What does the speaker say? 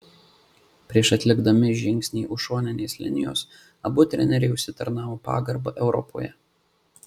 prieš atlikdami žingsnį už šoninės linijos abu treneriai užsitarnavo pagarbą europoje